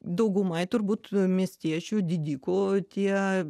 daugumai turbūt miestiečių didikų tie